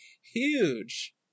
huge